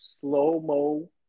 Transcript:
slow-mo